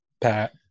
Pat